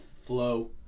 Flow